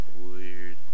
Weird